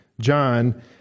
John